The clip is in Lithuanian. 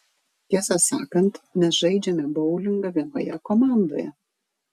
tiesą sakant mes žaidžiame boulingą vienoje komandoje